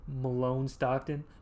Malone-Stockton